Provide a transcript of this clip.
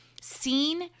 seen